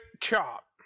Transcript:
chop